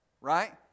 right